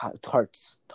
tarts